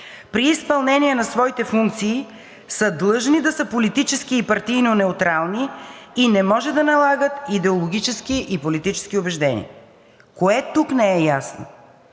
при изпълнение на своите функции са длъжни да са политически и партийно неутрални и не може да налагат идеологически и политически убеждения. Кое тук не е ясно?!